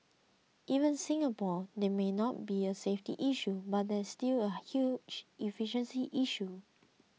even Singapore there may not be a safety issue but there is still a huge efficiency issue